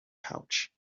pouch